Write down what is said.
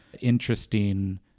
interesting